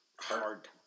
hard